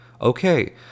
Okay